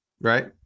right